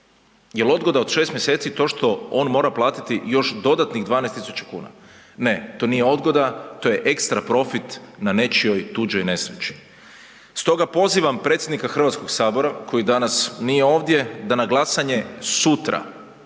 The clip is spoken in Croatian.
Jel odgoda od 6 mjeseci to što on mora platiti još dodatnih 12.000 kuna. Ne, to nije odgoda, to je ekstra profit na nečijoj tuđoj nesreći. Stoga pozivam predsjednika Hrvatskog sabora, koji danas nije ovdje, da na glasanje sutra